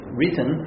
written